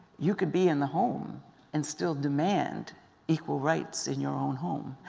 you could be in the home and still demand equal rights in your own home.